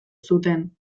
zuten